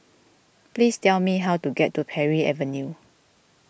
please tell me how to get to Parry Avenue